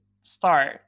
start